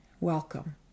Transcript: welcome